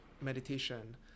meditation